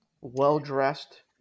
well-dressed